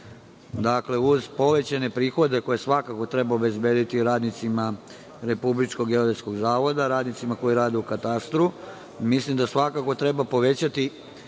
radi. Dakle, uz povećane prihode, koje svakako treba obezbediti i radnicima Republičkog geodetskog zavoda, radnicima koji rade u katastru, mislim da svakako treba povećati